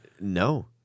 No